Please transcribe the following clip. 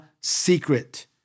secret